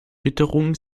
witterung